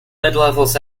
midlevels